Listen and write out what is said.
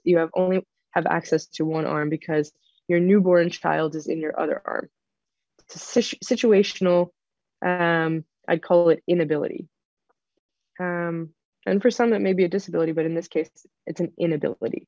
you only have access to one arm because your newborn child is in your other arm situational i'd call it inability and for some it may be a disability but in this case it's an inability